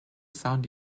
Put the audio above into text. sound